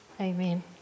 amen